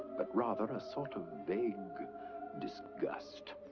but rather a sort of vague disgust,